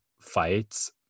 fights